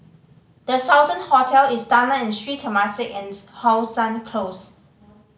The Sultan Hotel Istana and Sri Temasek and How Sun Close